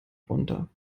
runter